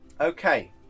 Okay